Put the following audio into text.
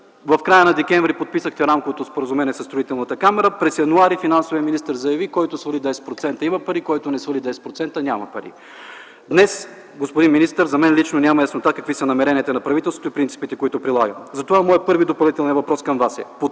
В края на м. декември подписахте рамковото споразумение със Строителната камара. През м. януари финансовият министър заяви: който свали 10%, има пари, който не свали 10%, няма пари. Днес, господин министър, за мен лично няма яснота какви са намеренията на правителството и принципите, които прилага. Затова моят първи допълнителен въпрос към Вас е: